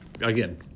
again